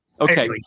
Okay